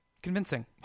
Convincing